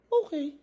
okay